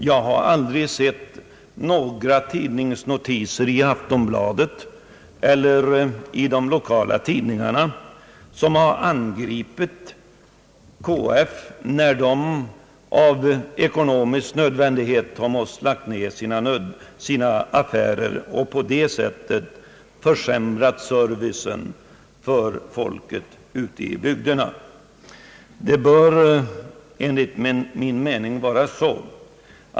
Jag har aldrig sett några notiser i Aftonbladet eller de lokala socialdemokratiska tidningarna med angrepp på KF, när dessa företag av ekonomisk nödvändighet slopar affärer och därmed försämrar servicen för folket ute i bygderna.